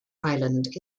island